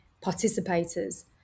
participators